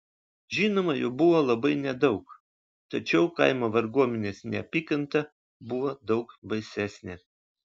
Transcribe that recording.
žinoma jų buvo labai nedaug tačiau kaimo varguomenės neapykanta buvo daug baisesnė